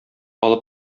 алып